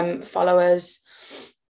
followers